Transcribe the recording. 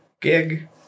gig